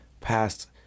past